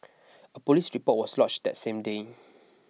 a police report was lodged that same day